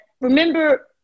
remember